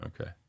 Okay